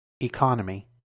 economy